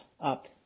up